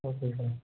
okay sir